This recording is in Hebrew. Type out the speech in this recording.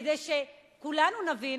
כדי שכולנו נבין